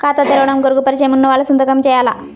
ఖాతా తెరవడం కొరకు పరిచయము వున్నవాళ్లు సంతకము చేయాలా?